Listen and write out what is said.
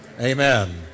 Amen